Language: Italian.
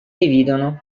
dividono